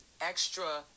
extra